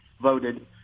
voted